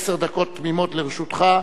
עשר דקות תמימות לרשותך.